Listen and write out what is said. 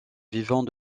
vivant